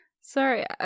Sorry